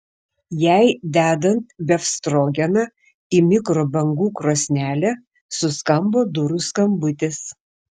jai dedant befstrogeną į mikrobangų krosnelę suskambo durų skambutis